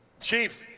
Chief